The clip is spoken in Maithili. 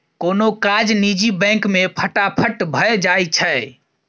कोनो काज निजी बैंक मे फटाफट भए जाइ छै